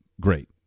Great